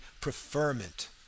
preferment